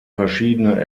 verschiedene